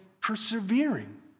persevering